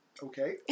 Okay